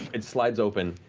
it slides open